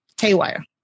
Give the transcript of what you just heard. Haywire